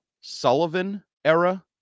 Sullivan-era